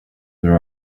there